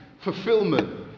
fulfillment